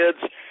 kids